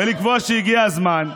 רד, רד,